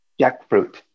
Jackfruit